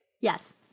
Yes